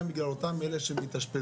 גם בגלל אותם אלה שמתאשפזים,